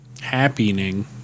Happening